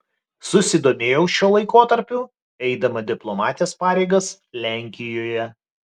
susidomėjau šiuo laikotarpiu eidama diplomatės pareigas lenkijoje